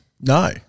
no